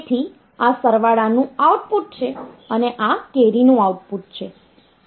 તેથી આ સરવાળા નું આઉટપુટ છે અને આ કેરી નું આઉટપુટ છે